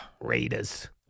Raiders